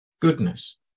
goodness